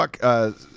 fuck